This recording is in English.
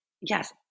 Yes